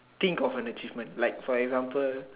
think of an achievement like for example